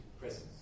presence